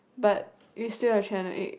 but you still have channel eight